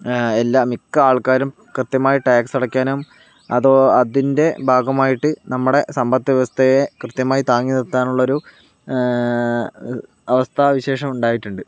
എല്ലാ മിക്ക ആൾക്കാരും കൃത്യമായി ടാക്സ് അടക്കാനും അതോ അതിൻ്റെ ഭാഗമായിട്ട് നമ്മുടെ സമ്പത്ത് വ്യവസ്ഥയെ കൃത്യമായി താങ്ങി നിർത്താൻ ഉള്ള ഒരു അവസ്ഥ വിശേഷം ഉണ്ടായിട്ടുണ്ട്